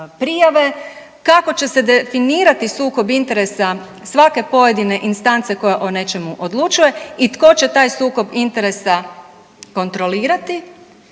prijave, kako će se definirati sukob interesa svake pojedine instance koja o nečemu odlučuje i tko će taj sukob interesa kontrolirati,